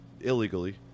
illegally